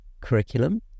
curriculum